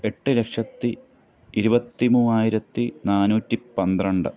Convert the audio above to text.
എട്ട് ലക്ഷത്തി ഇരുപത്തിമൂവ്വായിരത്തി നാന്നൂറ്റി പന്ത്രണ്ട്